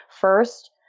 first